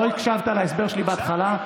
לא הקשבת להסבר שלי בהתחלה,